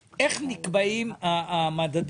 בגלל שזה יותר זול בירדן וזה לא משקף כלום המדד